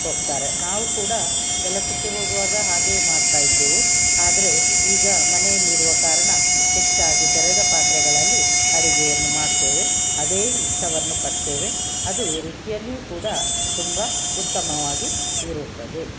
ಹೋಗ್ತಾರೆ ನಾವು ಕೂಡ ಕೆಲಸಕ್ಕೆ ಹೋಗುವಾಗ ಹಾಗೇ ಮಾಡ್ತಾಯಿದ್ದೆವು ಆದರೆ ಈಗ ಮನೆಯಲ್ಲಿರುವ ಕಾರಣ ಹೆಚ್ಚಾಗಿ ತೆರೆದ ಪಾತ್ರೆಗಳಲ್ಲಿ ಅಡಿಗೆಯನ್ನು ಮಾಡ್ತೇವೆ ಅದೇ ಇಷ್ಟವನ್ನು ಪಡ್ತೇವೆ ಅದು ರುಚಿಯಲ್ಲಿಯೂ ಕೂಡ ತುಂಬಾ ಉತ್ತಮವಾಗಿ ಇರುತ್ತದೆ